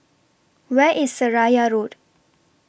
Where IS Seraya Road